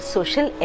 Social